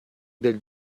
del